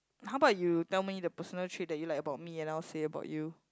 how about you tell me the personal trait that you like about me and I will say about you